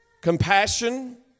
compassion